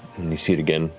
you see it again,